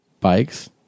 bikes